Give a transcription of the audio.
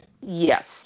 Yes